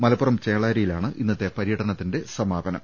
മലപ്പുറം ചേളാരിയിലാണ് ഇന്നത്തെ പര്യടന സമാപനം